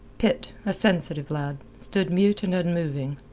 pitt, a sensitive lad, stood mute and unmoving.